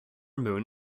moon